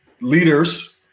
leaders